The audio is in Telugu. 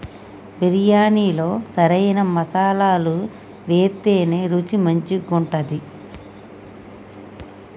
బిర్యాణిలో సరైన మసాలాలు వేత్తేనే రుచి మంచిగుంటది